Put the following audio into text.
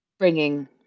bringing